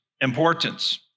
importance